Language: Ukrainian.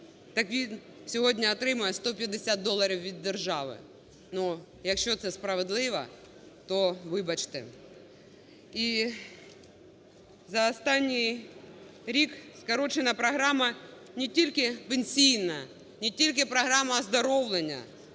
Так він сьогодні отримує 150 доларів від держави. Ну якщо це справедливо, то вибачте. І за останній рік скорочена програма не тільки пенсійна, не тільки програма оздоровлення,